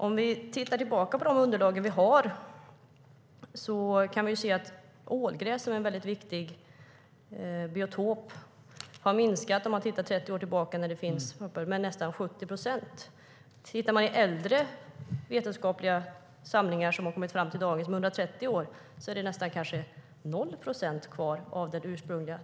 Om vi tittar tillbaka 30 år i de underlag vi har kan vi se att ålgräs, som är en väldigt viktig biotop, har minskat med nästan 70 procent. Tittar man i 130 år gamla vetenskapliga samlingar kan man se att det kanske är nära 0 procent kvar av det ursprungliga.